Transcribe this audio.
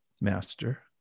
master